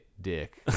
dick